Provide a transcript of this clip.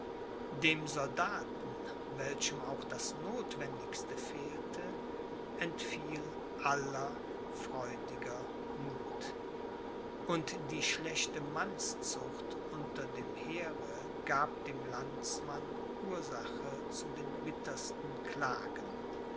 dem soldaten welchem auch das notwendigste fehlte entfiel aller freudige muth und die schlechte mannszucht unter dem heere gab dem landmann ursache zu den bittersten klagen